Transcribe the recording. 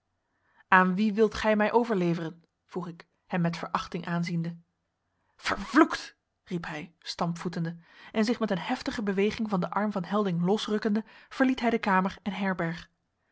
aan wie wilt gij mij overleveren vroeg ik hem met verachting aanziende vervloekt riep hij stampvoetende en zich met een heftige beweging van den arm van helding losrukkende verliet hij de kamer en herberg